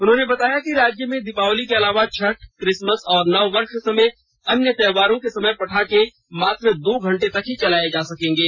उन्होंने बताया कि राज्य में दीपावली के अलावा छठ किसमस और नववर्ष समेत अन्य त्योहारों के समय पटाखे मात्र दो घंटे तक ही चलाये जा सकेंगे